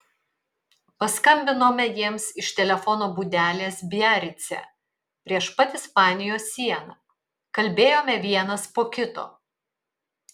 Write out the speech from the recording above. paskambinome jiems iš telefono būdelės biarice prieš pat ispanijos sieną kalbėjome vienas po kito